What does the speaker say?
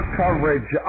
coverage